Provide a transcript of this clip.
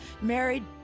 married